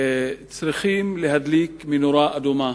צריכים להדליק נורה אדומה